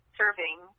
serving